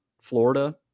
Florida